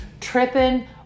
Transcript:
tripping